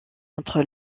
entre